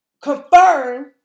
Confirm